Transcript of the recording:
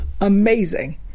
amazing